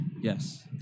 Yes